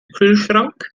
kühlschrank